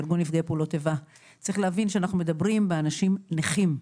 צריך להבין שאנחנו מדברים על אנשים נכים,